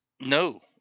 No